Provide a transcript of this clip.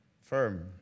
firm